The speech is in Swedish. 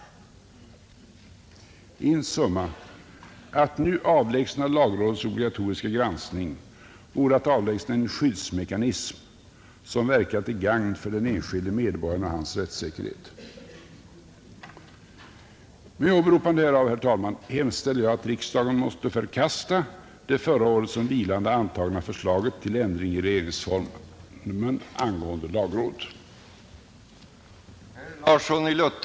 In summa: att nu avlägsna lagrådets obligatoriska granskning vore att avlägsna en skyddsmekanism som verkar till gagn för den enskilde medborgaren och hans rättssäkerhet. Med åberopande härav, herr talman, hemställer jag att riksdagen måtte förkasta det förra året som vilande antagna förslaget till ändring i regeringsformen angående lagrådet.